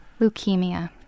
Leukemia